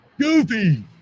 Goofy